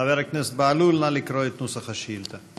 חבר הכנסת בהלול, נא לקרוא את נוסח השאילתה.